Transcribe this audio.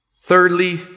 Thirdly